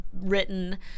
written